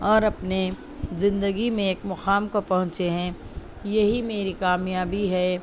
اور اپنے زندگی میں ایک مقام کو پہنچے ہیں یہی میری کامیابی ہے